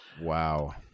wow